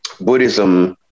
Buddhism